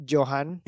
Johan